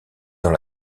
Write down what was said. dans